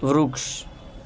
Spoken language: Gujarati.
વૃક્ષ